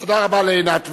תודה רבה לעינת וילף.